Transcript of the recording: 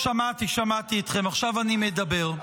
שמעתי, שמעתי אתכם, עכשיו אני מדבר.